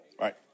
Right